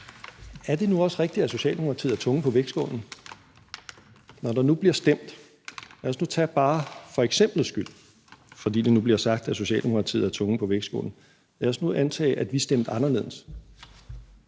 Er det nu også rigtigt, at Socialdemokratiet er tungen på vægtskålen, når der nu bliver stemt? Lad os nu tage bare f.eks. skyld, fordi det nu bliver sagt, at Socialdemokratiet er tungen på vægtskålen. Lad os nu antage, at vi stemte anderledes,